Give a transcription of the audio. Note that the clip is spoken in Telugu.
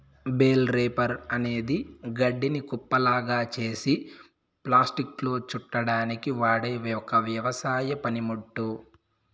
బేల్ రేపర్ అనేది గడ్డిని కుప్పగా చేసి ప్లాస్టిక్లో చుట్టడానికి వాడె ఒక వ్యవసాయ పనిముట్టు